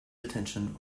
attention